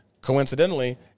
coincidentally